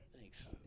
Thanks